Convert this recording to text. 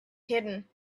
hidden